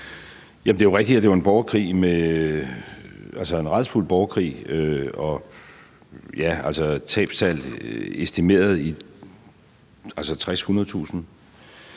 det er jo rigtigt, at det var en rædselsfuld borgerkrig og med estimerede tabstal